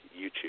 YouTube